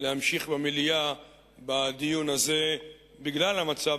להמשיך במליאה בדיון הזה בגלל המצב